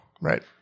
Right